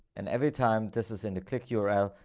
and every time this is in the click yeah url,